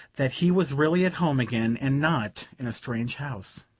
that he was really at home again, and not in a strange house.